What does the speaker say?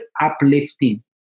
uplifting